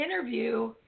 interview